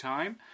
Time